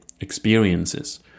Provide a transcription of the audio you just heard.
experiences